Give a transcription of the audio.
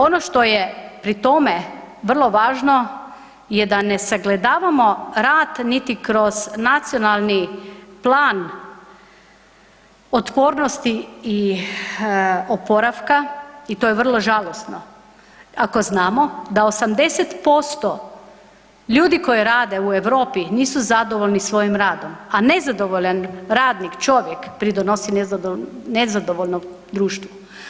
Ono što je pri tome vrlo važno je da ne sagledavamo rada niti kroz Nacionalni plan otpornosti i oporavka i to je vrlo žalosno ako znamo da 80% ljudi koji rade u Europi nisu zadovoljni svoji radom a nezadovoljan radnik, čovjek pridonosi nezadovoljnom društvu.